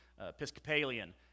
Episcopalian